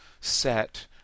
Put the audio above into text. set